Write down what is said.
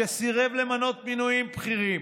כשסירב למנות מינויים בכירים,